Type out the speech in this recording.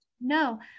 No